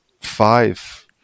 five